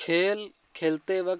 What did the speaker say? खेल खेलते वक्त